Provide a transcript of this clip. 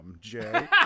Jay